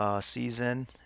season